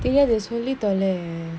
தெரியாது சொல்லி தொல:theriyaathu solli thola